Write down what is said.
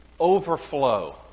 overflow